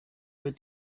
wird